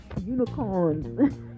unicorns